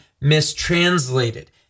mistranslated